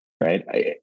Right